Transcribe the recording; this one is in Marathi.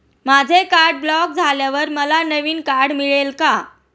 माझे कार्ड ब्लॉक झाल्यावर मला नवीन कार्ड मिळेल का?